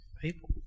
people